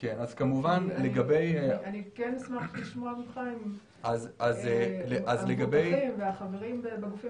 כי כן אשמח לשמוע ממך אם המבוטחים והחברים בגופים